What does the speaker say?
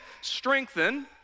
strengthen